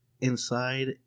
...inside